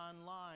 online